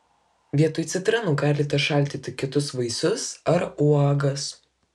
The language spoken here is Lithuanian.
vietoj citrinų galite šaldyti kitus vaisius ar uogas